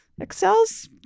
Excel's